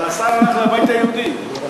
אבל השר הלך לבית היהודי.